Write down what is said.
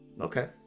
Okay